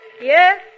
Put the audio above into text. Yes